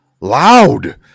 loud